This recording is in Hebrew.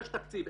יש תקציב,